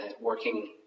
working